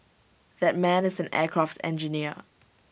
that man is an aircraft engineer